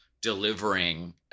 delivering